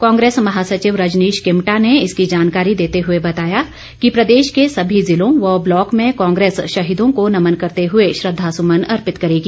कांग्रेस महासचिव रजनीश किमटा ने इसकी जानकारी देते हुए बताया कि प्रदेश के सभी जिलों व ब्लॉक में कांग्रेस शहीदों को नमन करते हुए श्रद्दासुमन अर्पित करेगी